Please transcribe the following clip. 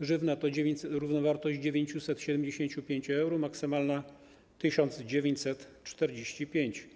grzywna to równowartość 975 euro, maksymalna - 1945 euro.